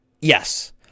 Yes